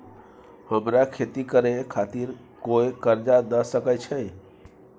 हमरा खेती करे खातिर कोय कर्जा द सकय छै?